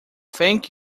thank